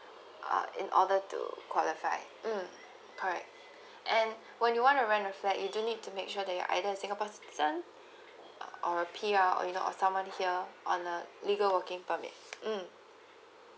uh in order to qualified mm correct and when you wanna rent a flat you do need to make sure that you are either a singapore citizen or P R or you know uh someone here on a legal working permit mm